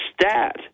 stat